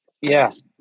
Yes